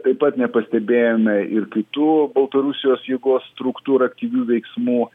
taip pat nepastebėjome ir kitų baltarusijos jėgos struktūrų aktyvių veiksmų